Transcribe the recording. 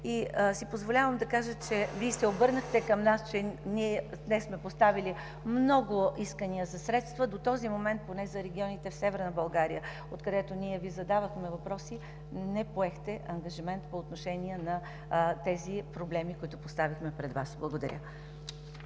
Позволявам си да кажа, че Вие се обърнахте към нас, че днес сме поставили много искания за средства. До този момент, поне за регионите в Северна България, откъдето ние Ви задавахме въпроси, не поехте ангажимент по отношение на проблемите, които поставихме пред Вас. Благодаря.